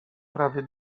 prawie